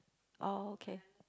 okay